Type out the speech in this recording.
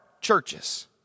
churches